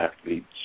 athletes